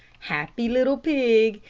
happy little pig!